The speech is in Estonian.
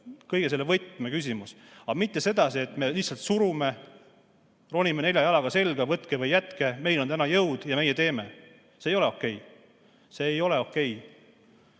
kõige selle võtmeküsimus. Aga mitte sedasi, et me ronime nelja jalaga selga, võtke või jätke, meil on täna jõud ja meie teeme – see ei ole okei. See ei ole okei.